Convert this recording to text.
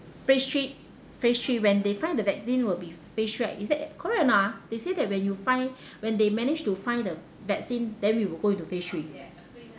phase three phase three when they find the vaccine will be phase three right is that correct or not ah they say that when you find when they manage to find the vaccine then we will go into phase three